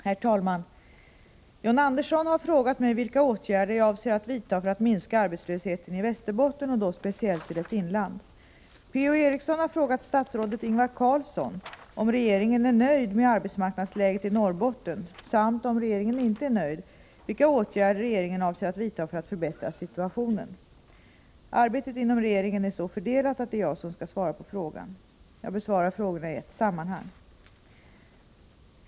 Herr talman! John Andersson har frågat mig vilka åtgärder jag avser att vidta för att minska arbetslösheten i Västerbotten och då speciellt i dess inland. Per-Ola Eriksson har frågat statsrådet Ingvar Carlsson om regeringen är nöjd med arbetsmarknadsläget i Norrbotten samt, om regeringen inte är nöjd, vilka åtgärder regeringen avser att vidta för att förbättra situationen. Arbetet inom regeringen är så fördelat att det är jag som skall svara på frågorna. Jag besvarar frågorna i ett sammanhang.